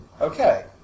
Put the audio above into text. Okay